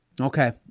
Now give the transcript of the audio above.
Okay